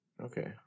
Okay